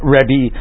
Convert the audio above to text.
Rebbe